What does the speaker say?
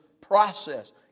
process